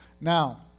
now